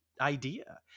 idea